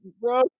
bro